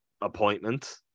appointment